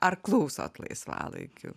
ar klausot laisvalaikiu